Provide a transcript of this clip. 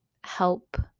help